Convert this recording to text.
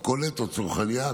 גם מכולת או צרכנייה,